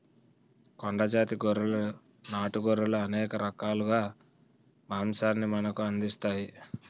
కొండ జాతి గొర్రెలు నాటు గొర్రెలు అనేక రకాలుగా మాంసాన్ని మనకు అందిస్తాయి